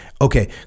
Okay